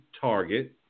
target